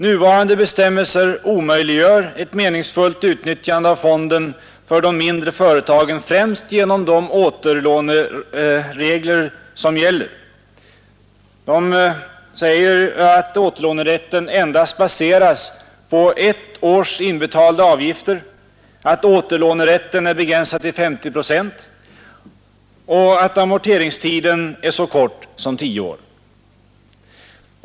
Nuvarande bestämmelser omöjliggör ett meningsfullt utnyttjande av fonderna för de mindre företagen, främst genom de återlåneregler som gäller och som säger att återlånerätten endast baseras på ett års inbetalda avgifter och att den är begränsad till 50 procent av erlagda avgifter samt att amorteringstiden är så kort som tio år.